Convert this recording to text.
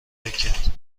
میکرد